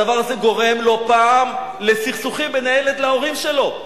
הדבר הזה גורם לא פעם לסכסוכים בין הילד להורים שלו,